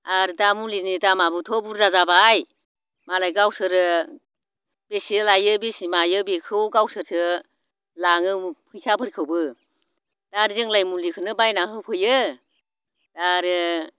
आरो दा मुलिनि दामआबोथ' बुरजा जाबाय मालाय गावसोरो बेसे लायो बेसे मायो बेखौ गावसोरसो लाङो फैसाफोरखौबो दा आरो जोंलाय मुलिखौनो बायना होफैयो दा आरो